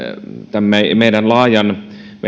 tämän meidän meidän laajan